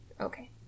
Okay